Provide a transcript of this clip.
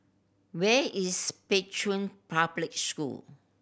where is Pei Chun Public School